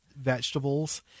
vegetables